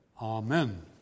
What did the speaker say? Amen